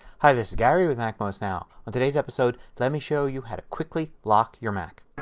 hi this is gary with macmost now. on today's episode let me show you how to quickly lock your mac.